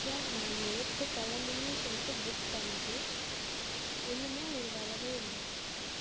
sir நான் நேற்று கிளம்பணும்னு சொல்லிட்டு புக் பண்ணது இன்னும் அவர் வரவே இல்லை